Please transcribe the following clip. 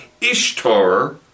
Ishtar